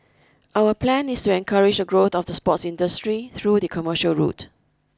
our plan is to encourage the growth of the sports industry through the commercial route